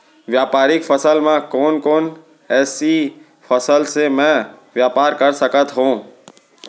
व्यापारिक फसल म कोन कोन एसई फसल से मैं व्यापार कर सकत हो?